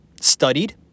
studied